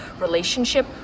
relationship